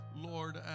Lord